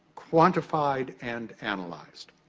quantified and analyzed.